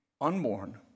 Unborn